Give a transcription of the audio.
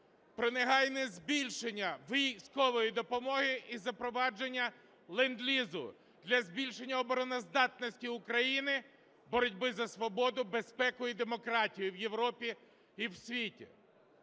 про негайне збільшення військової допомоги і запровадження ленд-лізу для збільшення обороноздатності України, боротьби за свободу, безпеку і демократію в Європі і у світі.